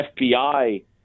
FBI